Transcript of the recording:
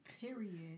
Period